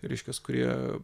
reiškias kurie